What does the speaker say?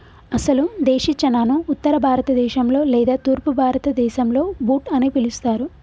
అసలు దేశీ చనాను ఉత్తర భారత దేశంలో లేదా తూర్పు భారతదేసంలో బూట్ అని పిలుస్తారు